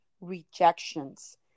rejections